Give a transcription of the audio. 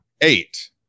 eight